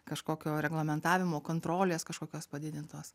kažkokio reglamentavimo kontrolės kažkokios padidintos